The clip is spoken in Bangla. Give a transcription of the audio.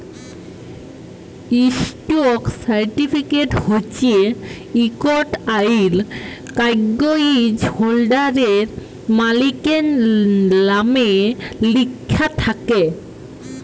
ইস্টক সার্টিফিকেট হছে ইকট আইল কাগ্যইজ হোল্ডারের, মালিকের লামে লিখ্যা থ্যাকে